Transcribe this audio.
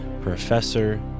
professor